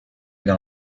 dans